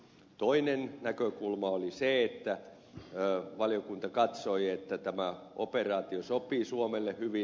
toinen näkökulma oli se että valiokunta katsoi että tämä operaatio sopii suomelle hyvin